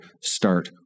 start